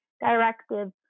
directive